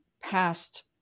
past